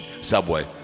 subway